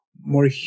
more